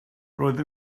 roedd